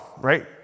right